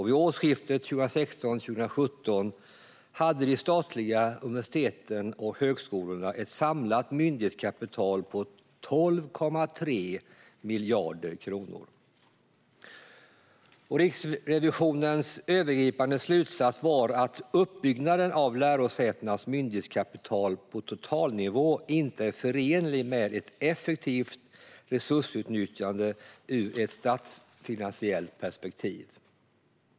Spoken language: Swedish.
Vid årsskiftet 2016/17 hade de statliga universiteten och högskolorna ett samlat myndighetskapital på 12,3 miljarder kronor. Myndighetskapital vid universitet och högskolor Riksrevisionens övergripande slutsats var att uppbyggnaden av lärosätenas myndighetskapital på totalnivå inte är förenlig med ett effektivt resursutnyttjande ur ett statsfinansiellt perspektiv.